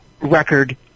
record